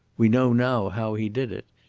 we know now how he did it.